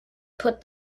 put